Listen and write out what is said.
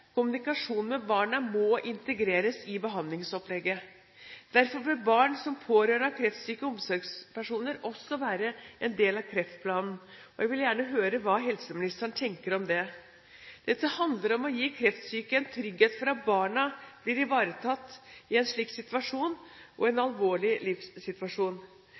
Kommunikasjon med barna må integreres i behandlingsopplegget. Derfor bør barn som pårørende av kreftsyke omsorgspersoner også være en del av kreftplanen. Jeg vil gjerne høre hva helseministeren tenker om det. Dette handler om å gi kreftsyke en trygghet for at barna blir ivaretatt i en slik alvorlig livssituasjon.